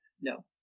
No